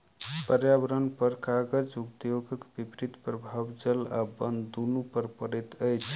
पर्यावरणपर कागज उद्योगक विपरीत प्रभाव जल आ बन दुनू पर पड़ैत अछि